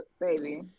baby